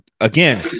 Again